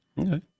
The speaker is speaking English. okay